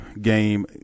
game